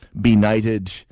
benighted